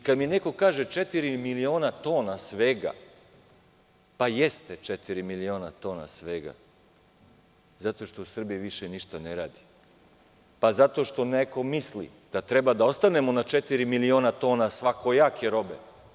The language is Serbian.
Kada mi neko kaže - četiri miliona tona svega; pa jeste, četiri miliona tona svega zato što u Srbiji više ništa ne radi, zato što neko misli da treba da ostanemo na četiri miliona tona svakojake robe.